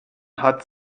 hat